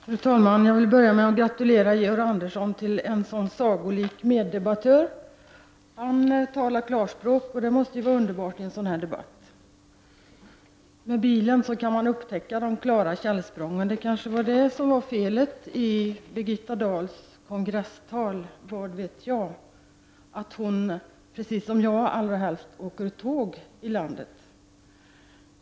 Fru talman! Jag vill börja med att gratulera Georg Andersson till en sådan sagolik meddebattör. Han talar klarspråk, och det måste ju vara underbart i en sådan här debatt. Med bilen kan man upptäcka de klara källsprången. Felet med Birgitta Dahls kongresstal var kanske att hon sade att hon, precis som jag, allra helst åker tåg i landet.